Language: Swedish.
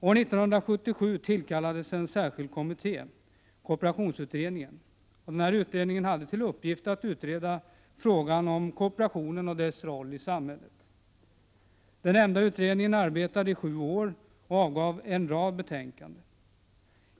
År 1977 tillkallades en särskild kommitté, kooperationsutredningen. Den fick till uppgift att utreda frågan om kooperationen och dess roll i samhället. Den nämnda utredningen arbetade i sju år och avgav en rad betänkanden.